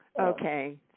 Okay